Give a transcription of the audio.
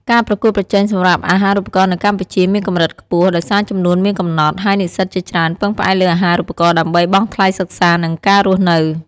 ការប្រកួតប្រជែងសម្រាប់អាហារូបករណ៍នៅកម្ពុជាមានកម្រិតខ្ពស់ ដោយសារចំនួនមានកំណត់ ហើយនិស្សិតជាច្រើនពឹងផ្អែកលើអាហារូបករណ៍ដើម្បីបង់ថ្លៃសិក្សានិងការរស់នៅ។